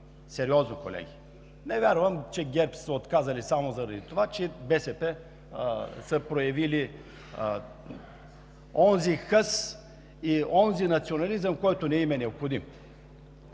сериозно, колеги! Не вярвам, че ГЕРБ са се отказали само заради това, че БСП са проявили онзи хъс и онзи национализъм, който не им е необходим.